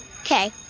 Okay